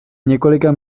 několika